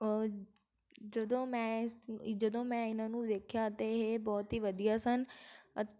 ਜਦੋਂ ਮੈਂ ਜਦੋਂ ਮੈਂ ਇਹਨਾਂ ਨੂੰ ਦੇਖਿਆ ਅਤੇ ਇਹ ਬਹੁਤ ਹੀ ਵਧੀਆ ਸਨ